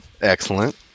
Excellent